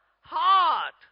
heart